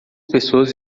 pessoas